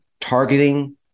targeting